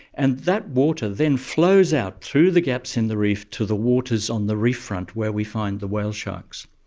and that water then flows out through the gaps in the reef to the waters on the reef front where we find the whale sharks.